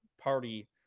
party